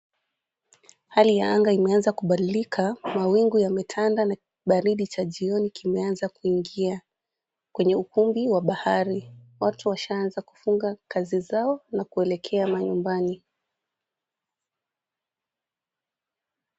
Hali ya anga imeanza kubadilika mawingu yametanda na kibaridi cha jioni kimeanza kuingia, kwenye ukumbi wa bahari watu washaanza kufunga kazi zao na kuelekea manyumbani.